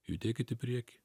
judėkit į priekį